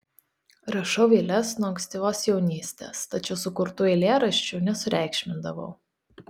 rašau eiles nuo ankstyvos jaunystės tačiau sukurtų eilėraščių nesureikšmindavau